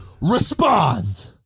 respond